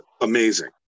amazing